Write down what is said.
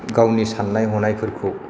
गावनि साननाय हनायफोरखौ